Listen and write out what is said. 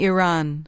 Iran